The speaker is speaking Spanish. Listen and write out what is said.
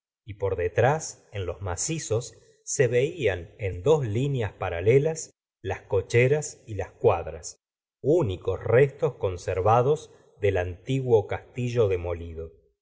y por detrás en los macizos se veían en dos líneas paralelas las cocheras y las cuadras únicos restos conservados del antiguo castillo demolido